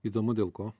įdomu dėl ko